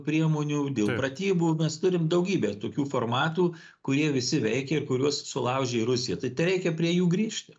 priemonių dėl pratybų mes turim daugybę tokių formatų kurie visi veikė ir kuriuos sulaužė rusija tai tereikia prie jų grįžti